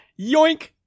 Yoink